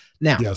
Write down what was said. Now